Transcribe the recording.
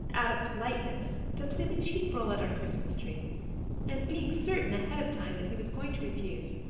out of politeness, to play the chief role at our christmas tree and being certain ahead of time that he was going to refuse,